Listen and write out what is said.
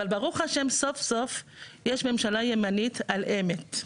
אבל ברוך השם סוף סוף יש ממשלה ימנית על אמת,